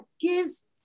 gives